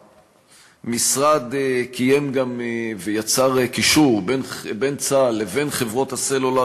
המשרד קיים גם ויצר קישור בין צה"ל לבין חברות הסלולר